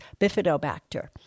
bifidobacter